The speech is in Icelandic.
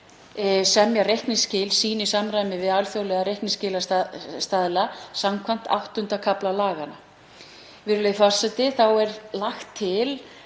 semja reikningsskil sín í samræmi við alþjóðlega reikningsskilastaðla samkvæmt VIII. kafla laganna. Virðulegur forseti. Þá er lagt til